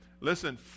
listen